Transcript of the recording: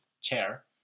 chair